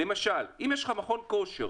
למשל אם יש לך מכון כושר,